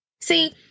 See